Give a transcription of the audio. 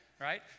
right